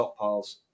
stockpiles